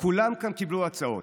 כולם כאן קיבלו הצעות,